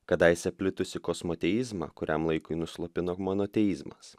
kadaise plitusi kosmoteizmą kuriam laikui nuslopino monoteizmas